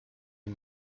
les